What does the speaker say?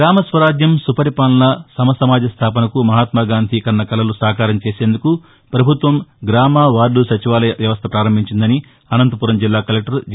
గ్రామ స్వరాజ్యం సుపరిపాలన సమసమాజ స్థాపనకు మహాత్మాగాంధీ కన్న కలలు సాకారం చేసేందుకు ప్రభుత్వం గ్రామ వార్డు సచివాలయ వ్యవస్థ ప్రారంభించిందని అనంతపురం జిల్లా కలెక్లర్ జె